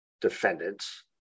defendants